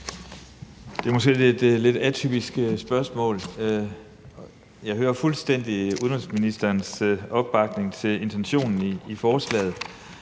Det er måske et lidt atypisk spørgsmål. Jeg hører fuldstændig udenrigsministerens opbakning til intentionen i forslaget,